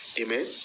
amen